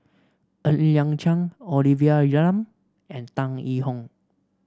Ng Liang Chiang Olivia Lum and Tan Yee Hong